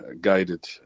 guided